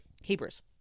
Hebrews